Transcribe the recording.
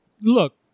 look